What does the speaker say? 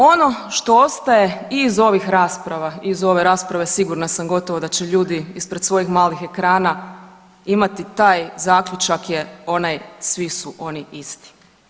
Ono što ostaje i iz ovih rasprava i uz ove rasprave sigurna sam gotovo da će ljudi ispred svojih malih ekrana imati taj zaključak je onaj svi su oni isti.